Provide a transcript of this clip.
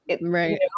Right